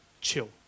chill